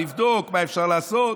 נבדוק מה אפשר לעשות,